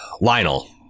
Lionel